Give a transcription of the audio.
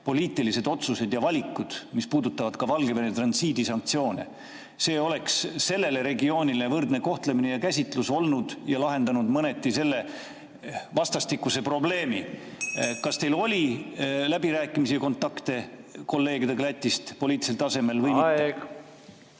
poliitilised otsused ja valikud, mis puudutavad ka Valgevene transiidi sanktsioone – see oleks sellele regioonile võrdne kohtlemine ja käsitlus olnud ja lahendanud selle mõneti vastastikuse probleemi. Kas teil oli läbirääkimisi, kontakte kolleegidega Lätist poliitilisel tasemel või mitte?